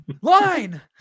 Line